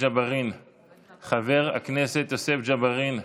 חבר הכנסת יוסף ג'בארין,